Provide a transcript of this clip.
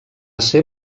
ser